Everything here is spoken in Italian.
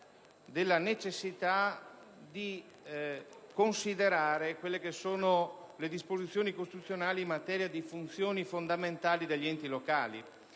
della necessità di considerare le disposizioni costituzionali in materia di funzioni fondamentali degli enti locali.